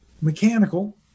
mechanical